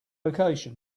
location